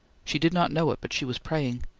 she did not know it, but she was praying.